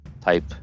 type